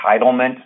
entitlement